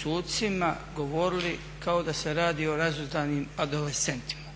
sucima govorili kao da se radi o razuzdanim adolescentima.